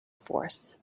force